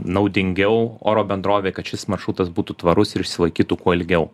naudingiau oro bendrovei kad šis maršrutas būtų tvarus ir išsilaikytų kuo ilgiau